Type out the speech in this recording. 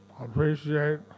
Appreciate